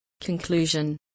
Conclusion